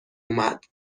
اومد